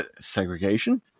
segregation